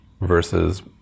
versus